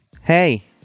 Hey